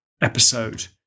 episode